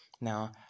now